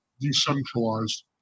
decentralized